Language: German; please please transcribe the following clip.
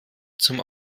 zum